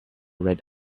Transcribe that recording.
red